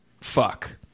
fuck